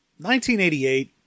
1988